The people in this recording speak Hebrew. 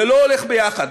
זה לא הולך ביחד.